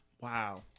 Wow